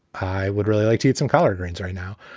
i would really like to eat some collard greens right now.